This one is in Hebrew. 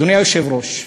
אדוני היושב-ראש,